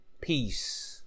peace